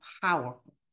powerful